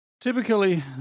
typically